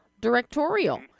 directorial